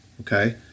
Okay